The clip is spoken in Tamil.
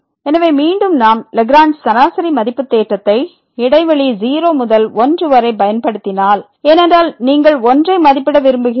எனவே மீண்டும் நாம் லாக்ரேஞ்ச் சராசரி மதிப்பு தேற்றத்தை இடைவெளி 0 முதல் 1 வரை பயன்படுத்தினால் ஏனென்றால் நீங்கள் 1 ஐ மதிப்பிட விரும்புகிறீர்கள்